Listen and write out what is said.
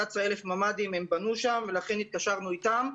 11,000 ממ"דים הם בנו שם, ולכן התקשרנו איתם.